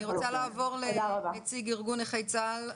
אני רוצה לעבור לנציג ארגון נכי צה"ל,